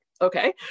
okay